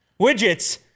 Widgets